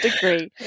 degree